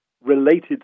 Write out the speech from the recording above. related